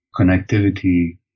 connectivity